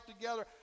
together